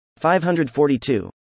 542